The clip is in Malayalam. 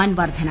വൻ വർധന